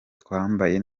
twambaye